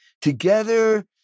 together